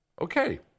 Okay